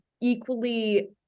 equally